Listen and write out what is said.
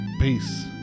Peace